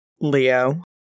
Leo